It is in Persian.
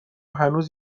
هنوز